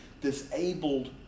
disabled